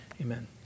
amen